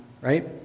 right